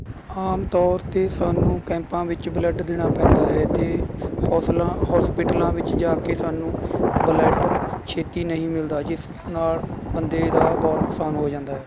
ਆਮ ਤੌਰ 'ਤੇ ਸਾਨੂੰ ਕੈਂਪਾਂ ਵਿੱਚ ਬਲੱਡ ਦੇਣਾ ਪੈਂਦਾ ਹੈ ਅਤੇ ਹੋਸਲਾ ਹੋਸਪਿਟਲਾਂ ਵਿੱਚ ਜਾ ਕੇ ਸਾਨੂੰ ਬਲੱਡ ਛੇਤੀ ਨਹੀਂ ਮਿਲਦਾ ਜਿਸ ਨਾਲ ਬੰਦੇ ਦਾ ਬਹੁਤ ਨੁਕਸਾਨ ਹੋ ਜਾਂਦਾ ਹੈ